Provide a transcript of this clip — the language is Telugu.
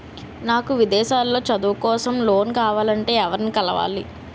నాకు విదేశాలలో చదువు కోసం లోన్ కావాలంటే ఎవరిని కలవాలి?